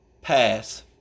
pass